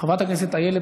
חברת הכנסת יעל כהן-פארן,